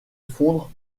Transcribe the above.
fondre